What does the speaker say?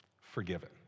forgiven